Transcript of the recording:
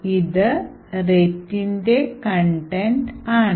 ഇത് RETന്റെ കണ്ടൻറ് ആണ്